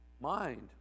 mind